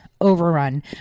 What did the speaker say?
overrun